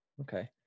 Okay